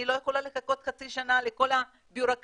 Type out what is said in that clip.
אני לא יכולה לחכות חצי שנה לכל הבירוקרטיה